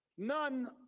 none